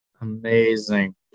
amazing